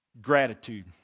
Gratitude